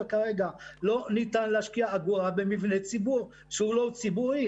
כרגע: לא ניתן להשקיע אגורה במבנה ציבור שהוא לא ציבורי.